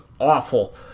awful